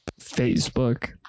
Facebook